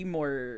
More